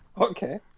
Okay